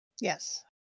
Yes